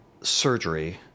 surgery